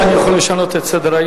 אתה יודע שאני יכול לשנות את סדר-היום